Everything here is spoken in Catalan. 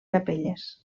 capelles